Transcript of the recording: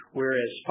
whereas